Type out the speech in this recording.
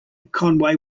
conway